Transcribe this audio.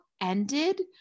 ended